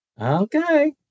okay